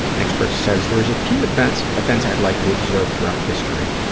next person says, there's a few events events i'd like to observe throughout history,